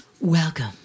welcome